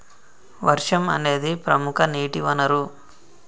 వర్షం అనేదిప్రముఖ నీటి వనరు